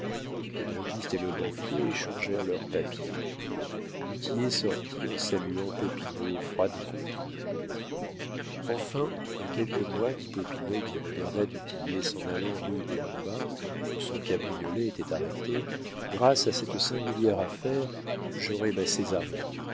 le droguiste et le banquier échangèrent leurs papiers du tillet sortit en saluant popinot froidement enfin dans quelques mois dit popinot qui regarda du tillet s'en allant rue des lombards où son cabriolet était arrêté grâce à cette singulière affaire j'aurai